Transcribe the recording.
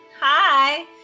Hi